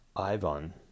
Ivan